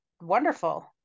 wonderful